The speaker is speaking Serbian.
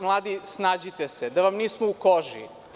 Mladi snađite se, da vam nismo u koži.